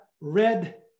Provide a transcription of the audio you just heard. red